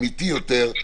אמיתי יותר,